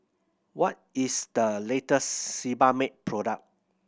what is the latest Sebamed product